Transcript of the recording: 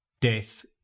death